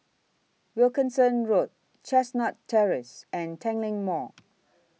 Wilkinson Road Chestnut Terrace and Tanglin Mall